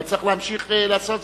אבל צריך להמשיך לעשות זאת.